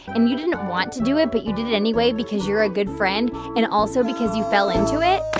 and you didn't want to do it, but you did it anyway because you're a good friend and also because you fell into it?